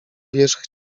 wierzch